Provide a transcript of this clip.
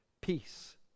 Peace